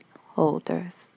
holders